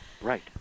Right